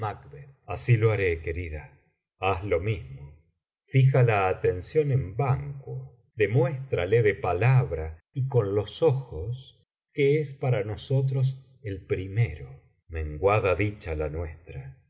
así lo haré querida haz lo mismo fija la atención en banquo demuéstrale de palabra y con los ojos que es para nosotros el primero menguada dicha la nuestra